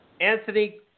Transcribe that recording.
Anthony